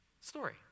story